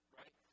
right